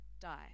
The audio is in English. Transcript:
die